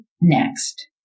next